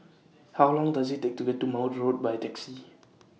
How Long Does IT Take to get to Maude Road By Taxi